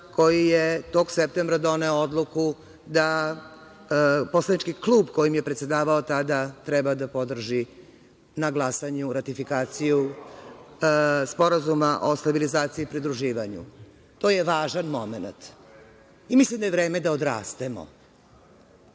koji je tog septembra doneo odluku da poslanički klub kojim je predsedavao tada treba da podrži na glasanju ratifikaciju Sporazuma o stabilizaciji i pridruživanju. To je važan momenat. Mislim da je vreme da odrastemo